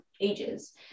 ages